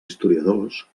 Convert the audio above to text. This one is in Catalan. historiadors